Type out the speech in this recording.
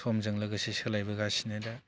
समजों लोगोसे सोलायबोगासिनो दा